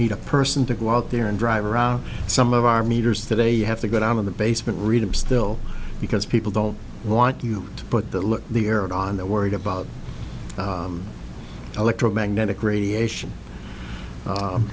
need a person to go out there and drive around some of our meters today you have to get out of the basement read him still because people don't want you to put that look the air on that worried about electromagnetic radiation